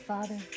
Father